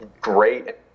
great